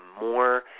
more